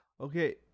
Okay